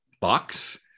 box